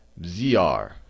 Zr